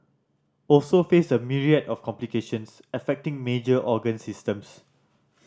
also face a myriad of complications affecting major organ systems